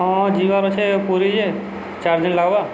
ହଁ ଯିବାର ଅଛେ ପୁରୀ ଯେ ଚାର୍ ଦିନ୍ ଲାଗ୍ବା